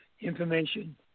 information